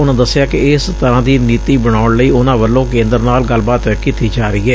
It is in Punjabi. ਉਨਾਂ ਦੱਸਿਆ ਕਿ ਇਸ ਤਰਾਂ ਦੀ ਨੀਤੀ ਬਣਾਉਣ ਲਈ ਉਨਾਂ ਵੱਲੋ ਕੇਂਦਰ ਨਾਲ ਗੱਲਬਾਤ ਕੀਤੀ ਜਾ ਹੀ ਏ